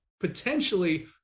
potentially